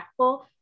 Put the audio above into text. impactful